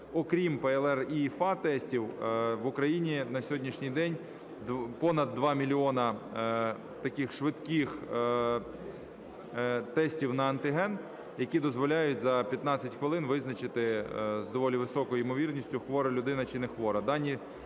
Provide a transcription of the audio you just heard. окрім ПЛР, ІФА-тестів, в Україні на сьогоднішній день понад 2 мільйона таких швидких тестів на антиген, які дозволяють за 15 хвилин визначити з доволі високою ймовірністю хвора людина чи не хвора.